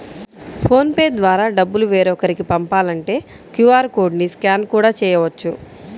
phone pay ద్వారా డబ్బులు వేరొకరికి పంపాలంటే క్యూ.ఆర్ కోడ్ ని స్కాన్ కూడా చేయవచ్చు